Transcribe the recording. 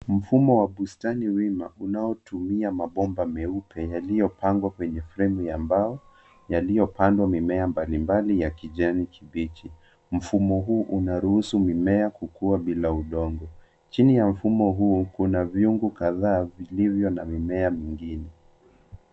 Mfumo wa bustani wima, unaotumia mabomba meupe yaliyopangwa kwenye fremu ya mbao yaliyopandwa mimea mbalimbali ya kijani kibichi. Mfumo huu unaruhusu mimea kukua bila udongo. Chini ya mfumo huu kuna vyungu kadhaa vilivyo na mimea mingine.